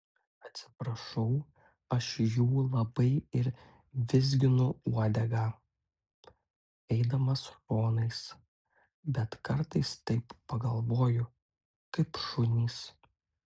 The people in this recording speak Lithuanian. atsiprašau aš jų labai ir vizginu uodegą eidamas šonais bet kartais taip pagalvoju kaip šunys